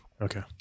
Okay